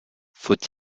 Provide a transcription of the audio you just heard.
faut